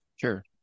Sure